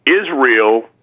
Israel